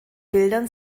bildern